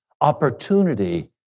opportunity